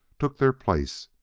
took their place.